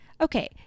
Okay